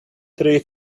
three